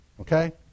Okay